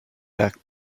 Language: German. berg